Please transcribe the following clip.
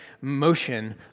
motion